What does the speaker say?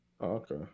Okay